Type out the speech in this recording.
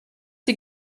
sie